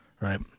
Right